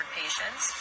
patients